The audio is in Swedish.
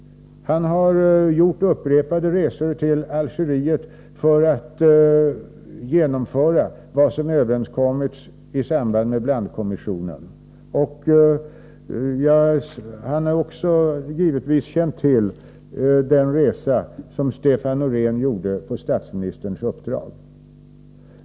Statssekreterare Åberg har gjort upprepade resor till Algeriet för att genomföra vad som överenskommits i samband med blandkommissionen. Han har också givetvis känt till den resa som Stefan Noreén gjorde på statsministerns uppdrag.